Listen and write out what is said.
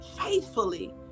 faithfully